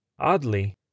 Oddly